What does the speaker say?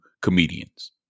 comedians